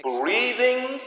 breathing